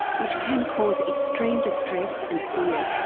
which can cause extreme distress and fear.